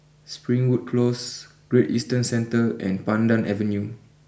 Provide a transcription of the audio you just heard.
Springwood close Great Eastern Centre and Pandan Avenue